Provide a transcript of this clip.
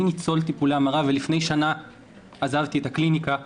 אני ניצול טיפולי המרה ולפני שנה עזבתי את הקליניקה.